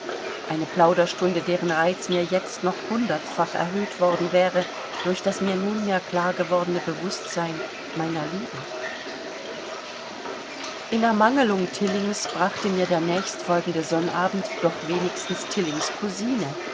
eine plauderstunde deren reiz mir jetzt noch hundertfach erhöht worden wäre durch das mir nunmehr klar gewordene bewußtsein meiner liebe in ermangelung tillings brachte mir der nächstfolgende samstag doch wenigstens tillings cousine